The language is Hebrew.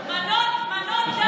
מנות, מנות דם.